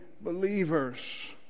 believers